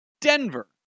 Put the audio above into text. Denver